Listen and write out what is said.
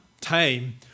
time